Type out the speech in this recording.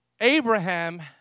Abraham